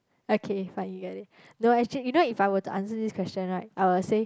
okay fine you get it no actual you know if I were to answer this question right I will say